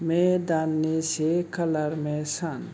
May दाननि से खालार मे सान